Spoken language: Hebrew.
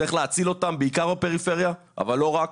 צריך להציל אותם, בעיקר בפריפריה, אבל לא רק.